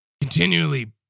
continually